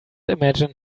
imagine